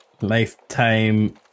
lifetime